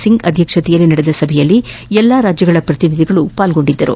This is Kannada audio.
ಸಿಂಗ್ ಅಧ್ಯಕ್ಷತೆಯಲ್ಲಿ ನಡೆದ ಸಭೆಯಲ್ಲಿ ಎಲ್ಲ ರಾಜ್ಯಗಳ ಪ್ರತಿನಿಧಿಗಳು ಭಾಗವಹಿಸಿದ್ದರು